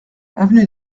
avenue